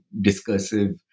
discursive